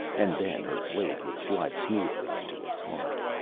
and then her blade would slide smoothly into his heart.